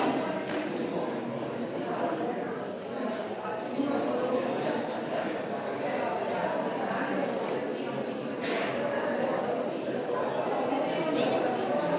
hvala.